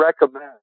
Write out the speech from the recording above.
recommend